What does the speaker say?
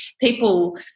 people